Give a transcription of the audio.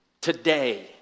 today